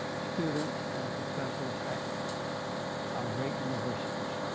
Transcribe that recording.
students and professors at our great universities.